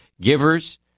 givers